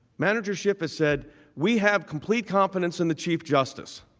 manager shipman said we have complete confidence in the chief justice